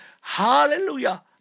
Hallelujah